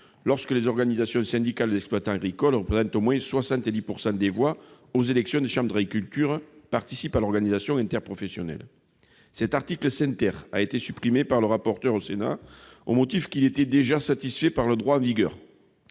lorsque des organisations syndicales d'exploitants agricoles représentant au moins 70 % des voix aux élections des chambres d'agriculture participent à l'organisation interprofessionnelle. Cet article 5 a été supprimé par le rapporteur de la commission des affaires économiques au motif qu'il était satisfait par le droit en vigueur.